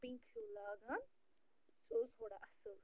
pink hue لاگان سُہ اوس تھوڑا اَصٕل